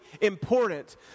important